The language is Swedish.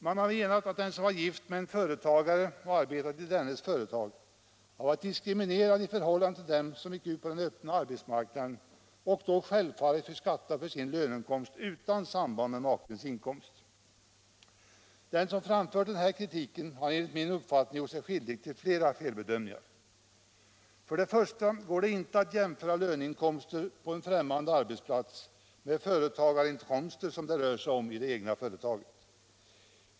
Man har menat att den som var gift med en företagare och arbetade i dennes företag var diskriminerad i förhållande till dem som gick ut på öppna arbetsmarknaden och då självfallet fick skatta för sin löneinkomst utan samband med makens inkomst. Den som framfört den kritiken har enligt min uppfattning gjort sig skyldig till flera felbedömningar. Till att börja med går det inte att jämföra lö Nr 49 neinkomster på en främmande arbetsplats med företagarinkomster, som Fredagen den det rör sig om i det egna företaget.